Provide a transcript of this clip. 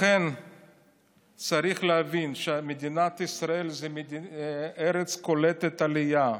לכן צריך להבין שמדינת ישראל זו ארץ קולטת עלייה.